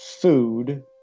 food